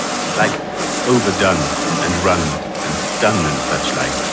like overdone and run and stun and such like.